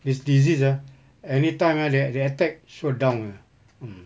this disease ah anytime ah they they attack sure down punya mm